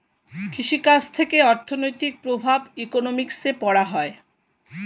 কৃষি কাজ থেকে অর্থনৈতিক প্রভাব ইকোনমিক্সে পড়া হয়